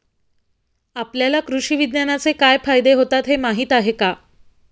आपल्याला कृषी विज्ञानाचे काय फायदे होतात हे माहीत आहे का?